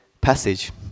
passage